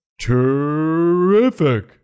Terrific